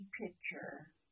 picture